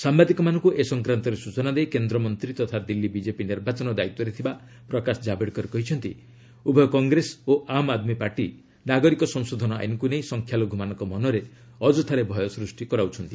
ସାମ୍ଭାଦିକମାନଙ୍କୁ ଏ ସଂକ୍ରାନ୍ତରେ ସୂଚନା ଦେଇ କେନ୍ଦ୍ରମନ୍ତ୍ରୀ ତଥା ଦିଲ୍ଲୀ ବିଜେପି ନିର୍ବାଚନ ଦାୟିତ୍ୱରେ ଥିବା ପ୍ରକାଶ ଜାବଡେକର କହିଛନ୍ତି ଉଭୟ କଂଗ୍ରେସ ଓ ଆମ ଆଦମୀ ପାର୍ଟି ନାଗରିକ ସଂଶୋଧନ ଆଇନ୍କୁ ନେଇ ସଂଖ୍ୟାଲଘୁମାନଙ୍କ ମନରେ ଅଯଥାରେ ଭୟ ସ୍ଟଷ୍ଟି କରାଉଛନ୍ତି